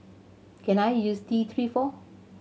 can I use T Three for